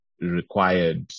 required